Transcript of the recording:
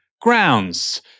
grounds